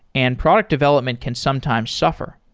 and product development can sometimes suffer,